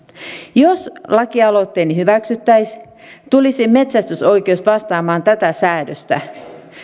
jos lakialoitteeni hyväksyttäisiin tulisi metsästysoikeus vastaamaan tätä säädöstä